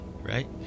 right